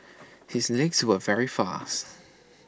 his legs were very fast